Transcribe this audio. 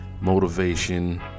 motivation